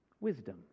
wisdom